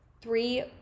three